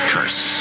Curse